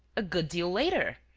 a good deal later!